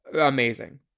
amazing